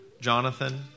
Jonathan